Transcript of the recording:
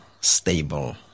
stable